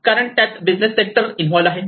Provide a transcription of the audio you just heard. कारण त्यात business sector involve आहे